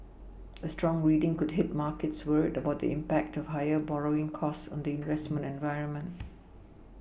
a strong reading could hit markets worried about the impact of higher borrowing costs on the investment environment